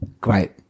Great